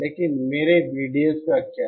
लेकिन मेरे VDS का क्या